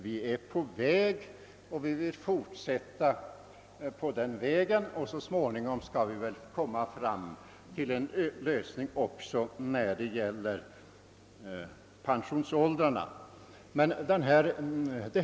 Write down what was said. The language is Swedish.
Vi vill fortsätta på den vägen, och så småningom skall vi väl kunna åstadkomma en lösning som ger större rättvisa även när det gäller pensionsåldern.